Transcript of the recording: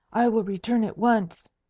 i will return at once,